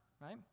right